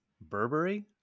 Burberry